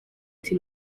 ati